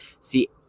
See